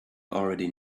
already